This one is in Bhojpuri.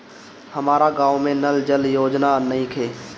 हमारा गाँव मे नल जल योजना नइखे?